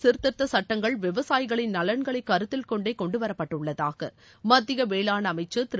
சீர்திருத்த சட்டங்கள் விவசாயிகளின் நலன்களைக் கருத்திக் கொண்டே வேளாண் கொண்டுவரப்பட்டுள்ளதாக மத்திய வேளாண் அமைச்சர் திரு